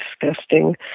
disgusting